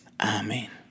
Amen